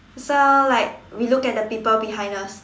so like we look at the people behind us